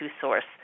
source